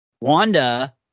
Wanda